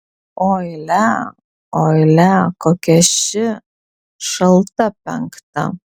oi lia oi lia kokia ši šalta penkta